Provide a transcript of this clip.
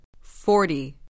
forty